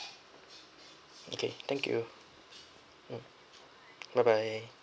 okay thank you mm bye bye